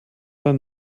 dann